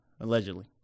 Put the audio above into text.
Allegedly